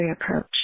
approach